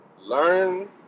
learn